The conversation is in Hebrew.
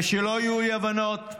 ושלא יהיו אי-הבנות,